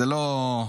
זה לא,